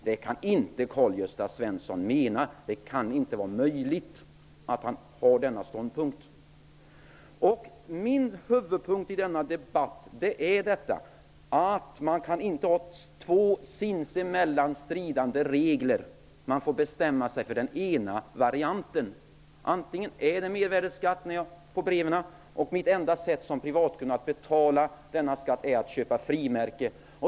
Det kan inte Karl Gösta Svenson mena. Det kan inte vara möjligt att han har denna ståndpunkt. Min huvudståndpunkt i denna debatt är att man inte kan ha två sinsemellan motstridiga regler. Man får bestämma sig för den ena varianten. Antingen är det mervärdesskatt på breven eller inte. Privatkunders enda sätt att betala denna skatt är att köpa frimärken.